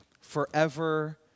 forever